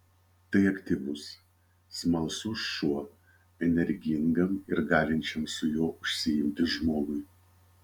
tai aktyvus smalsus šuo energingam ir galinčiam su juo užsiimti žmogui